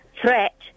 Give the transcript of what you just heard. threat